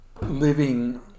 living